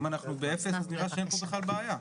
אם אנחנו באפס אז נראה שאין פה בכלל בעיה.